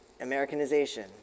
Americanization